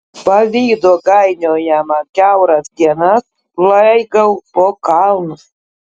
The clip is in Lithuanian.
pavydo gainiojama kiauras dienas laigau po kalnus